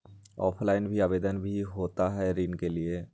Offline भी आवेदन भी होता है ऋण के लिए?